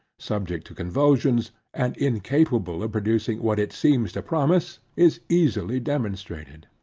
subject to convulsions, and incapable of producing what it seems to promise, is easily demonstrated.